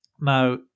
Now